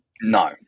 no